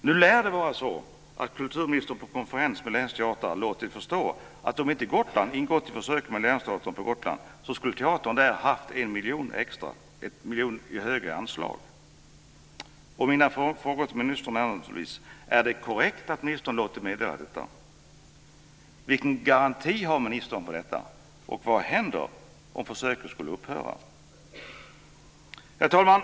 Det lär vara så att kulturministern på en konferens med länsteatrar har låtit förstå att länsteatern på Gotland skulle ha haft 1 miljon högre anslag om den inte hade ingått i det här försöket. Mina frågor till ministern är naturligtvis: Är det korrekt att ministern har låtit meddela detta? Vilken garanti har ministern för detta? Och vad händer om försöket skulle upphöra? Herr talman!